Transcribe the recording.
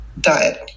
diet